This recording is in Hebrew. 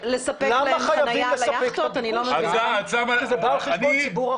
למה חייבים לספק את הביקוש כשזה בא על חשבון ציבור רחב?